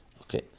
Okay